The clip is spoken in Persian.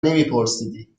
نمیپرسیدی